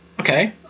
Okay